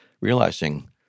realizing